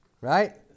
Right